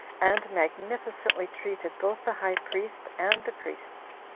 and magnificently treated both the high priest and the priests.